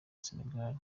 sénégal